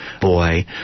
boy